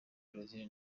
brazil